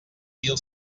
mil